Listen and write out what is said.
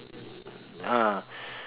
ah